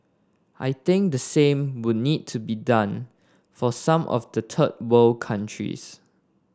I think the same would need to be done for some of the third world countries